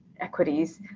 equities